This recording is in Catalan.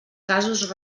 casos